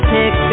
Pick